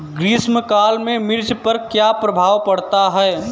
ग्रीष्म काल में मिर्च पर क्या प्रभाव पड़ता है?